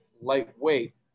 lightweight